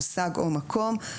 מושג או מקום,